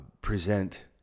present